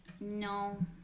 No